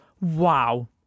Wow